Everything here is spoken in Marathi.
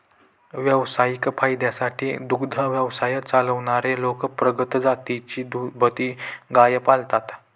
व्यावसायिक फायद्यासाठी दुग्ध व्यवसाय चालवणारे लोक प्रगत जातीची दुभती गाय पाळतात